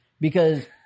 because-